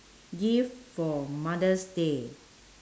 gift for mother's day